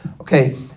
Okay